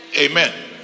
amen